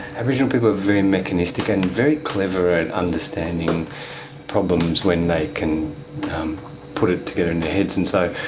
aboriginal people are very mechanistic and and very clever at understanding problems when they can put it together in their heads, and so